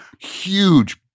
huge